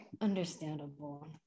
understandable